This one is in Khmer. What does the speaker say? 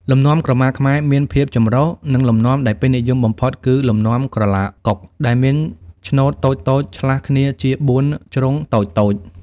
លំនាំក្រមាខ្មែរមានភាពចម្រុះ ហើយលំនាំដែលពេញនិយមបំផុត គឺ លំនាំក្រឡាកុក ដែលមានឆ្នូតតូចៗឆ្លាស់គ្នាជាបួនជ្រុងតូចៗ។